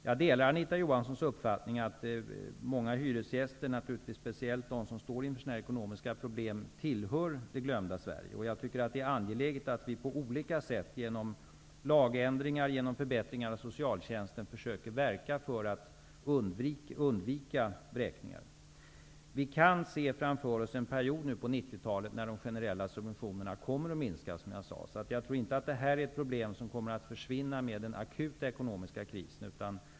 Jag delar Anita Johanssons uppfattning att många hyresgäster, speciellt de som står inför sådana här ekonomiska problem, tillhör det glömda Sverige. Det är angeläget att vi på olika sätt genom lagändringar och förbättringar av socialtjänsten försöker verka för att undvika vräkningar. Vi kan på 90-talet se framför oss en period när de generella subventionerna kommer att minska, som jag tidigare sade. Jag tror inte att detta är ett problem som kommer att försvinna med den akuta ekonomiska krisen.